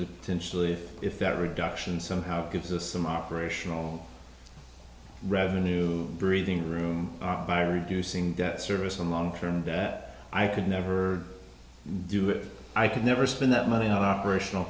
potentially if that reduction somehow gives us some operational revenue breathing room by reducing debt service on long term debt i could never do it i could never spend that money on operational